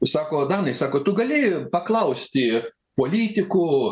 sako danai sako tu gali paklausti politikų